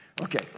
Okay